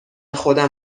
خودم